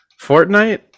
Fortnite